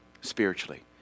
spiritually